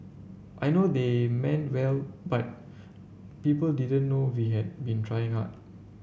I know they meant well but people didn't know we had been trying hard